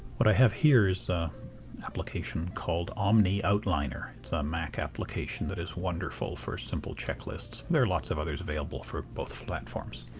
what i have here is an application called omni outliner. it's a mac application that is wonderful for simple checklists. there lots of others available for both platforms.